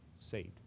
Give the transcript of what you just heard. saved